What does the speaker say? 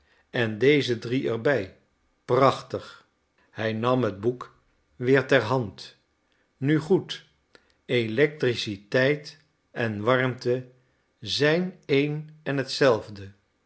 en deze drie er bij prachtig hij nam het boek weer ter hand nu goed electriciteit en warmte zijn een en hetzelfde